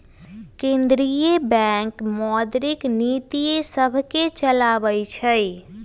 केंद्रीय बैंक मौद्रिक नीतिय सभके चलाबइ छइ